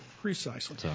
Precisely